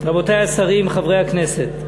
רבותי השרים, חברי הכנסת,